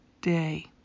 day